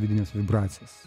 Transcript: vidines vibracijas